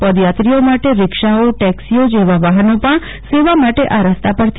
પદયાત્રીઓ માટે રક્ષિાઓટેક્ષ ીઓ મેટાડોર જેવા વાહનો પણ સેવા માટે આ રસ્તા પરથી